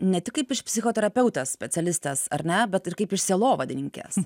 ne tik kaip iš psichoterapeutės specialistės ar ne bet ir kaip iš sielovadininkės